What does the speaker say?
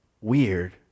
weird